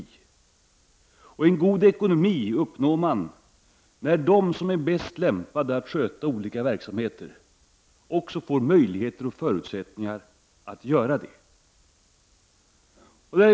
En god ekonomi uppnår man när de som är bäst lämpade att sköta olika verksamheter också får möjligheter och förutsättningar att göra det.